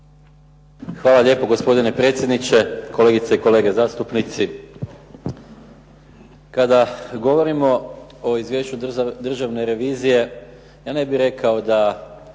Hvala lijepo gospodine predsjedniče, kolegice i kolege zastupnici. Kada govorimo o Izvješću Državne revizije ja ne bih rekao da